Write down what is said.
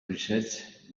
research